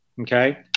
Okay